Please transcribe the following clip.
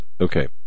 okay